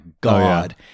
God